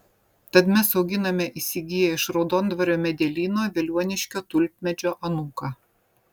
tad mes auginame įsigiję iš raudondvario medelyno veliuoniškio tulpmedžio anūką